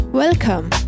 Welcome